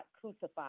crucified